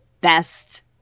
best